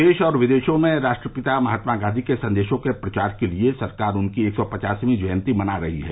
देश और विदेशों में राष्ट्रपिता महात्मा गांधी के संदेशों के प्रचार के लिए सरकार उनकी एक सौ पचासवीं जयन्ती मना रही है